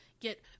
get